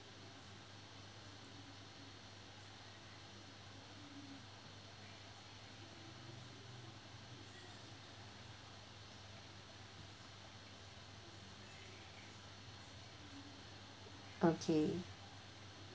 okay